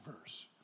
verse